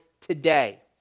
today